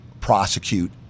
prosecute